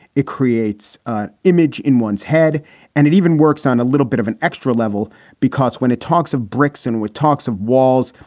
it creates an image in one's head and it even works on a little bit of an extra level because when it talks of bricks and wood, talks of walls,